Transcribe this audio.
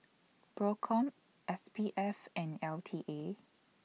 PROCOM S P F and L T A